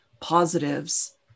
Positives